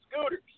scooters